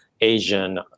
Asian